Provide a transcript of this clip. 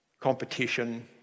competition